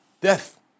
Death